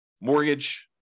mortgage